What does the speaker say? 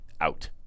out